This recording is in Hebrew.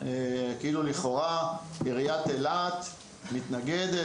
שלכאורה עיריית אילת מתנגדת,